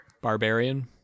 Barbarian